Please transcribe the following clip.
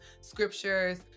scriptures